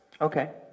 okay